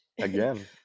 again